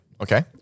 Okay